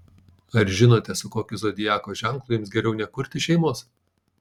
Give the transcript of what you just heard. ar žinote su kokiu zodiako ženklu jums geriau nekurti šeimos